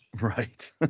Right